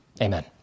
Amen